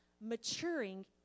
maturing